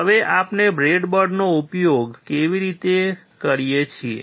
હવે આપણે બ્રેડબોર્ડનો ઉપયોગ કરીએ છીએ